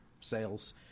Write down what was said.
sales